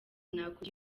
nakugira